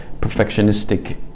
perfectionistic